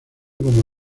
como